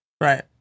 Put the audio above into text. Right